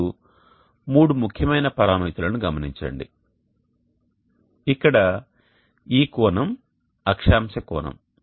ఇప్పుడు మూడు ముఖ్యమైన పరామితులను గమనించండి ఇక్కడ ఈ కోణం అక్షాంశ కోణం